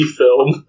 film